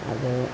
അത്